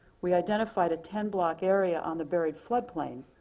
we identified a ten block area on the buried flood plain,